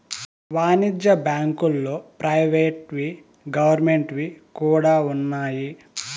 వాణిజ్య బ్యాంకుల్లో ప్రైవేట్ వి గవర్నమెంట్ వి కూడా ఉన్నాయి